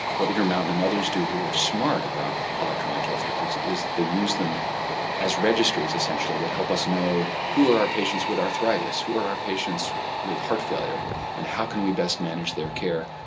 what intermountain and others do who are smart about electronic health records is they use them as registries essentially that help us know who are our patients with arthritis, who are our patients with heart failure and how can we best manage their care,